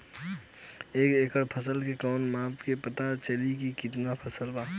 एक एकड़ फसल के कवन माप से पता चली की कितना फल बा?